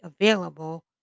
available